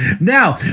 Now